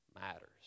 matters